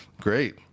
great